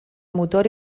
motor